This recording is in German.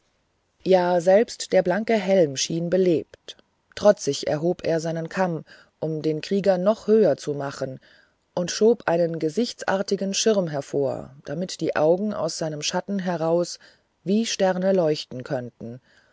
ja selbst der blanke helm schien belebt trotzig erhob er seinen kamm um den krieger noch höher zu machen und schob einen gesichtartigen schirm hervor damit die augen aus seinem schatten heraus wie sterne leuchten könnten